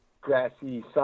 grassy